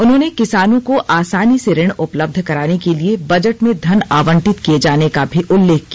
उन्होंने किसानों को आसानी से ऋण उपलब्ध कराने के लिए बजट में धन आवंटित किए जाने का भी उल्लेख किया